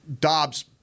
Dobbs –